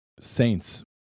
Saints